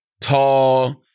tall